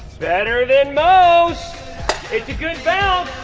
better than most. it's a good bounce.